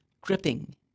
gripping